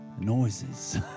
noises